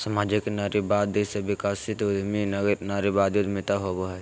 सामाजिक नारीवाद से विकसित उद्यमी नारीवादी उद्यमिता होवो हइ